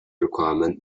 requirement